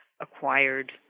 acquired